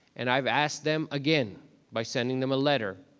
and i've asked them again by sending them a letter,